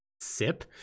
Sip